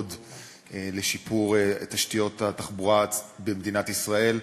לשיפור תשתיות התחבורה במדינת ישראל,